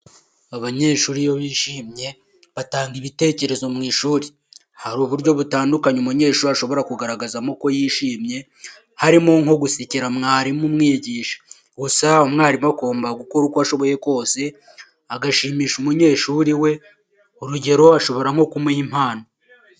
Abanyeshuri iyo bishimye batanga ibitekerezo mu ishuri. Hari uburyo butandukanye umunyeshuri ashobora kugaragazamo ko yishimye, harimo nko gusekera mwarimu umwigisha. Gusa umwarimu agomba gukora uko ashoboye kose agashimisha umunyeshuri we, urugero; ashobora nko kumuha impano.